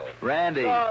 Randy